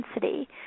density